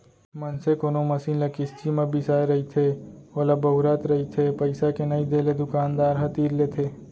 मनसे कोनो मसीन ल किस्ती म बिसाय रहिथे ओला बउरत रहिथे पइसा के नइ देले दुकानदार ह तीर लेथे